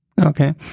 Okay